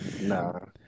No